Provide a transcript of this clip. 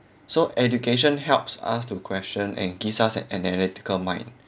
so education helps us to question and gives us an analytical mind